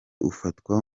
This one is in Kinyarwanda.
ufatwa